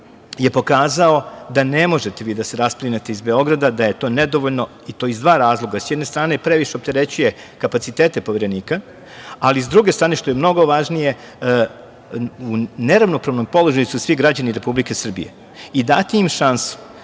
je pokazao da ne možete vi da se rasplinete iz Beograda, da je to nedovoljno, i to iz dva razloga. Sa jedne strane, previše opterećuje kapacitete Poverenika, ali sa druge strane, što je mnogo važnije, u neravnopravnom su položaju svi građani Republike Srbije. I dati im šansu